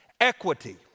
equity